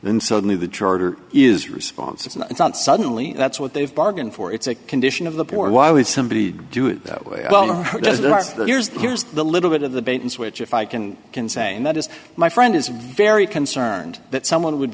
then suddenly the charter is responsible it's not suddenly that's what they've bargained for it's a condition of the poor why would somebody do it that way well no that's the here's here's the little bit of the bait and switch if i can can say that as my friend is very concerned that someone would